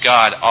God